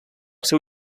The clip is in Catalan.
seu